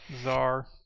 czar